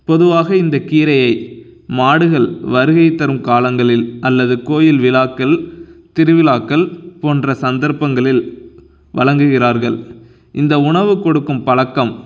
பொதுவாக இந்த கீரையை மாடுகள் வருகை தரும் காலங்களில் அல்லது கோவில் விழாக்கள் திருவிழாக்கள் போன்ற சந்தர்ப்பங்களில் வழங்குகிறார்கள் இந்த உணவு கொடுக்கும் பழக்கம்